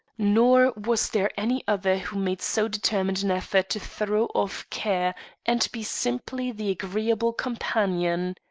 nor was there any other who made so determined an effort to throw off care and be simply the agreeable companion.